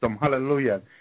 hallelujah